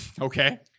Okay